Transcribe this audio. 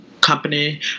company